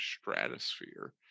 stratosphere